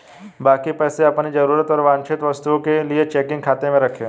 बाकी पैसे अपनी जरूरत और वांछित वस्तुओं के लिए चेकिंग खाते में रखें